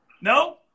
No